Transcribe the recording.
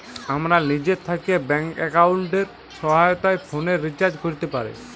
আমরা লিজে থ্যাকে ব্যাংক এক্কাউন্টের সহায়তায় ফোলের রিচাজ ক্যরতে পাই